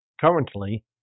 Currently